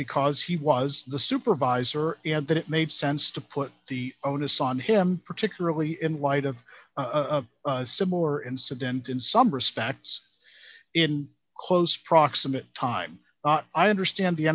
because he was the supervisor and that it made sense to put the onus on him particularly in light of a similar incident in some respects in close proximity time i understand the